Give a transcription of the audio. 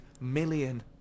million